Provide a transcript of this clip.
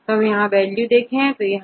तो हम इन वैल्यू से क्या समझते हैं